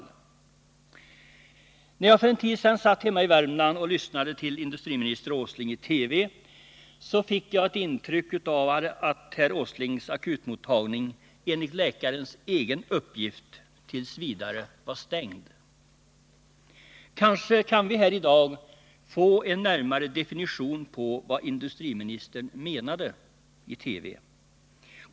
län När jag för en tid sedan satt hemma i Värmland och lyssnade till industriminister Åsling i TV, fick jag ett intryck av att herr Åslings akutmottagning, enligt läkarens egen uppgift,t. v. var stängd. Kanske kan vi här i dag få en närmare definition på vad industriministern menade i TV.